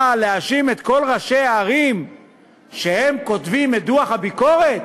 אבל להאשים את כל ראשי הערים שהם כותבים את דוח הביקורת?